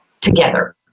together